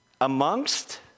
amongst